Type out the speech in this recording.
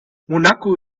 monaco